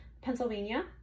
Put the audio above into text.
Pennsylvania